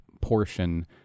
portion